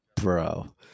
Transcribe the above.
bro